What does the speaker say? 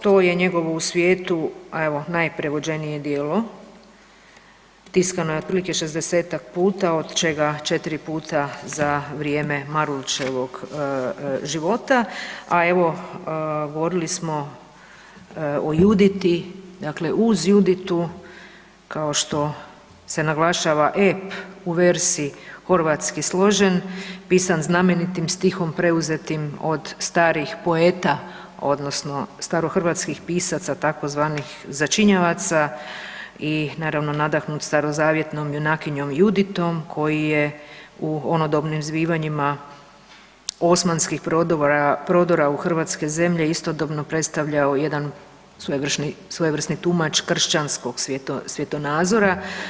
To je njegovo u svijetu najprevođenije djelo, tiskano otprilike 60-ak puta od čega četiri puta za vrijeme Marulićevog života, a evo govorili smo o „Juditi“, dakle uz „Juditu“ kao što se naglašava ep „U versi horvatski složen“ pisan znamenitim stihom preuzetim od starih poeta odnosno starohrvatskih pisaca tzv. začinjevaca i naravno nadahnut starozavjetnom junakinjom „Juditom“ koja je u onodobnim zbivanjima osmanskih prodora u hrvatske zemlje istodobno predstavljao jedan svojevrsni tumač kršćanskog svjetonazora.